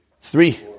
three